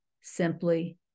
simply